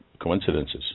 coincidences